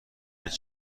نیست